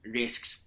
risks